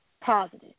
positive